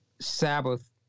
Sabbath